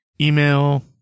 email